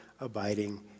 abiding